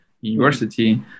University